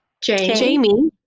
Jamie